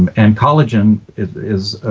um and collagen is